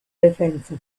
defensa